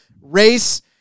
race